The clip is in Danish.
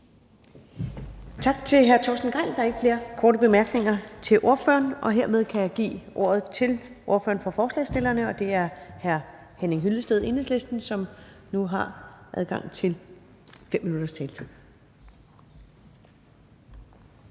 Tak til hr. Torsten Gejl. Der er ikke flere korte bemærkninger til ordføreren, og hermed kan jeg give ordet til ordføreren for forslagsstillerne, og det er hr. Henning Hyllested, Enhedslisten, som nu har adgang til 5 minutters taletid.